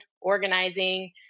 organizing